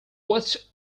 what